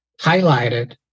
highlighted